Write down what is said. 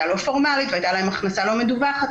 לא פורמלית והייתה להן הכנסה לא מדווחת,